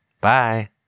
Bye